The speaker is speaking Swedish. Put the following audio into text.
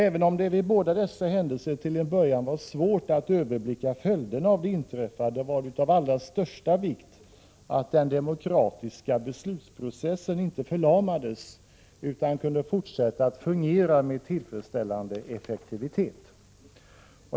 Även om det vid båda dessa händelser till en början var svårt att överblicka följderna av det inträffade, var det av allra största vikt att den demokratiska beslutsprocessen inte förlamades utan kunde fortsätta att fungera med tillfredsställande effektivitet.